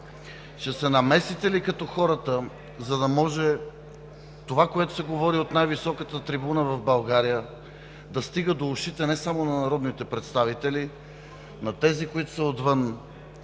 Ще се намесите ли като хората, за да може това, което се говори от най-високата трибуна в България, да стига до ушите не само на народните представители, а и на тези, които са отвън?